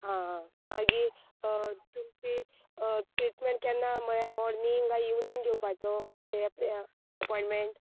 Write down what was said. हां हां मागीर तुमी ट्रिटमेंट केन्ना म्हळ्यार मॉर्निंग कांय इवनींग घेवपाचो तें आप अपॉंयटमेंट